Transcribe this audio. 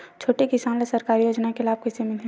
छोटे किसान ला सरकारी योजना के लाभ कइसे मिलही?